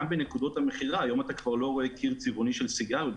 גם בנקודות המכירה היום אתה כבר לא רואה קיר צבעוני של סיגריות.